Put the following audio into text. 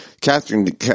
Catherine